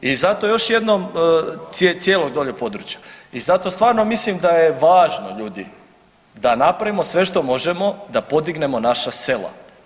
I zato još jednom, cijelog dolje područja i zato stvarno mislim da je važno ljudi da napravimo sve što možemo da podignemo naša sela.